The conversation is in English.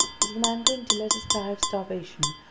was the man going to let us die of starvation,